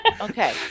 Okay